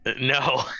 no